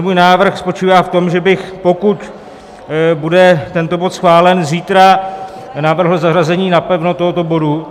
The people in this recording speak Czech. Můj návrh spočívá v tom, že bych, pokud bude tento bod schválen, zítra navrhl zařazení napevno tohoto bodu.